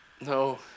No